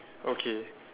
okay